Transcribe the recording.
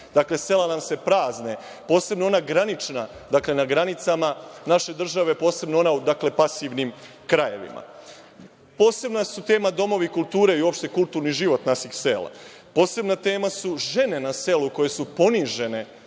Dakle, sela nam se prazne, posebno ona granična, na granicama naše države, posebno ona u pasivnim krajevima. Posebna su tema Domovi kulture i uopšte kulturni život naših sela. Posebna tema su žene na selu, koje su ponižene